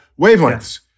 wavelengths